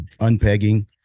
unpegging